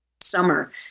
summer